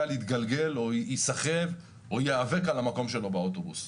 יתגלגל או ייסחב או יאבק על המקום שלו באוטובוס.